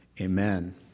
Amen